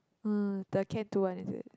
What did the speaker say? uh the Can two one is it